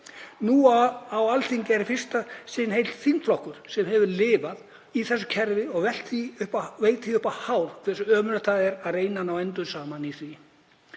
Á Alþingi er nú í fyrsta sinn heill þingflokkur sem hefur lifað í þessu kerfi og veit því upp á hár hversu ömurlegt það er að reyna að ná endum saman í því.